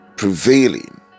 Prevailing